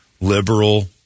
liberal